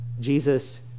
Jesus